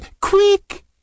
quick